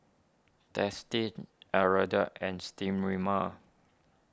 Dentiste Hirudoid and Sterimar